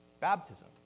baptism